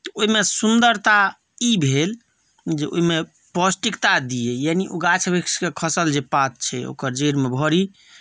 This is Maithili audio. तऽ ओहिमे सुन्दरता ई भेल जे ओहिमे पौष्टिकता दियै यानि गाछ वृक्षके जे खसल जे पात छै ओकर जड़िमे भरी